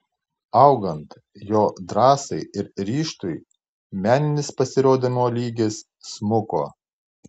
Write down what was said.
augant jo drąsai ir ryžtui meninis pasirodymo lygis smuko